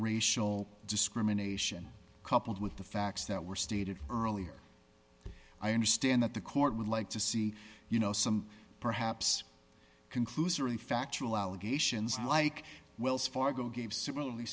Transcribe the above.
racial discrimination coupled with the facts that were stated earlier i understand that the court would like to see you know some perhaps conclusory factual allegations like wells fargo gave similarly